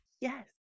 Yes